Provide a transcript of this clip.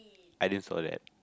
I didn't saw that